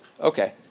Okay